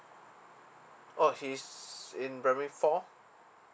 oh he's in primary four